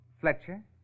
Fletcher